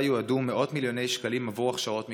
יועדו מאות מיליוני שקלים עבור הכשרות מקצועיות.